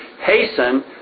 Hasten